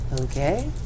Okay